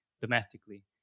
domestically